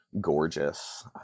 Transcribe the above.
gorgeous